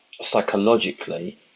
psychologically